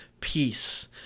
peace